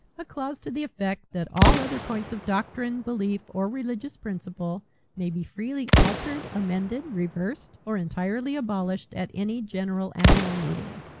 a clause to the effect that all other points of doctrine, belief or religious principle may be freely altered, amended, reversed or entirely abolished at any general annual meeting!